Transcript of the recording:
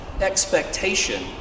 expectation